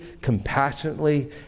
compassionately